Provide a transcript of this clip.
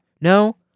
No